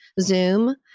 Zoom